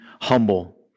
humble